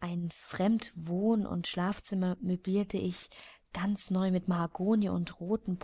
ein fremdenwohn und schlafzimmer möblierte ich ganz neu mit mahagony und roten